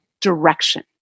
direction